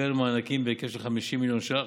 קרן מענקים בהיקף של 50 מיליון ש"ח,